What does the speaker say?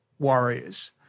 warriors